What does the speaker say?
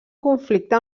conflicte